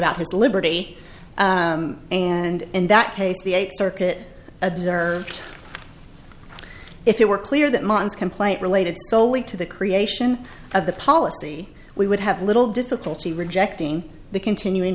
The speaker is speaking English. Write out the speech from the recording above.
about his liberty and in that case the eighth circuit observed if it were clear that month's complaint related solely to the creation of the policy we would have little difficulty rejecting the continuing